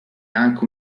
anche